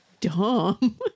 dumb